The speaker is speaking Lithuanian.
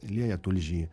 lieja tulžį